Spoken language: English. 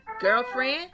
girlfriend